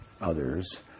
others